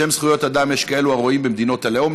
בשם זכויות האדם יש כאלו הרואים במדינות הלאום,